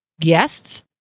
guests